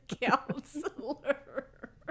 counselor